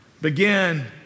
begin